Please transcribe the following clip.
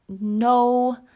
no